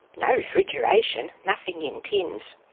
no refrigeration, nothing in tins.